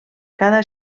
cada